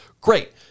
great